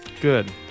Good